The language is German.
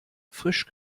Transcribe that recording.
frisch